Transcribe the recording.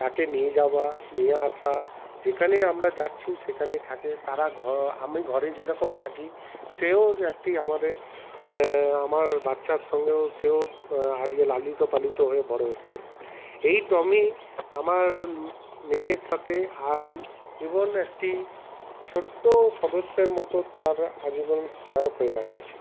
তাকে নিয়ে যাওয়া নিয়ে আসা যেখানেই আমরা যাচ্ছি সেখানেই থাকে তারা আমি ঘরে যেরকম থাকি সেও একটি আমাদের আমার বাচ্চার সঙ্গেও সেও আজকে লালিত পালিত হয়ে বড়ো হচ্ছে এই টমি আমার মেয়ের সাথে আজ এবং একটি ছোটো সদস্যের মত তার আজীবন সহায়ক হইয়া রয়েছে